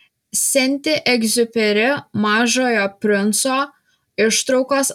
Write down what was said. senti egziuperi mažojo princo ištraukos